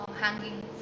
hanging